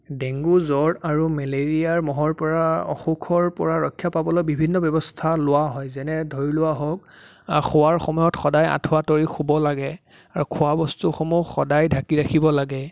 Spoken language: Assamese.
ডেংগো জ্বৰ আৰু মেলেৰিয়া মহৰ পৰা অসুখৰ পৰা ৰক্ষা পাবলৈ বিভিন্ন ব্যৱস্থা লোৱা হয় যেনে ধৰিলোৱা হওক শুৱাৰ সময়ত সদায় আঠুৱা তৰি শুব লাগে আৰু খোৱা বস্তুসমূহ সদায় ঢাকি ৰাখিব লাগে